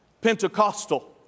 Pentecostal